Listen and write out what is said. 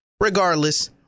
Regardless